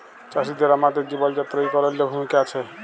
চাষীদের আমাদের জীবল যাত্রায় ইক অলল্য ভূমিকা আছে